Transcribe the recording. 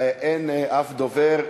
אין אף דובר.